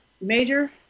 major